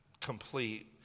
complete